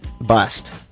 bust